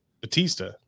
Batista